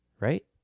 Right